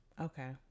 Okay